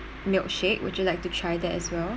milkshake would you like to try that as well